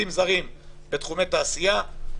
קרעי,